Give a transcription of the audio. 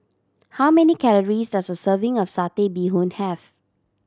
how many calories does a serving of Satay Bee Hoon have